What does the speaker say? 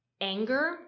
anger